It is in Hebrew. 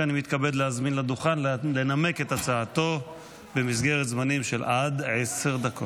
שאני מתכבד להזמין לדוכן לנמק את הצעתו במסגרת של עד עשר דקות.